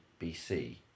BC